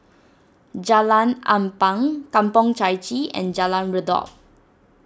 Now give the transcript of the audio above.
Jalan Ampang Kampong Chai Chee and Jalan Redop